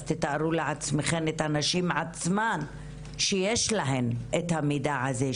אז תתארו לעצמכן את הנשים עצמן שיש להן את המידע הזה,